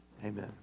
Amen